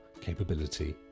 capability